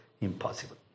impossible